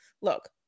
look